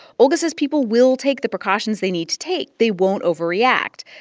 olga says people will take the precautions they need to take. they won't overreact.